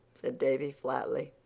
said davy flatly.